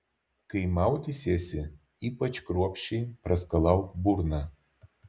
kai maudysiesi ypač kruopščiai praskalauk burną